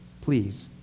Please